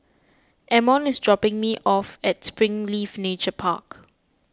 Amon is dropping me off at Springleaf Nature Park